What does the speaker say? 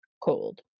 cold